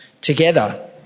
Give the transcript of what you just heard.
together